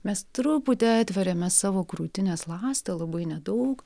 mes truputį atveriame savo krūtinės ląstą labai nedaug